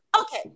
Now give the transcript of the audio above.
Okay